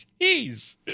Jeez